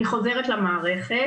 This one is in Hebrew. אני חוזרת למערכת.